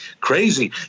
Crazy